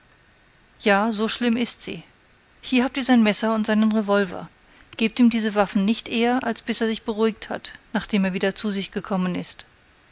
ja so schlimm ist sie hier habt ihr sein messer und seinen revolver gebt ihm diese waffen nicht eher als bis er sich beruhigt hat nachdem er wieder zu sich gekommen ist